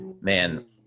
Man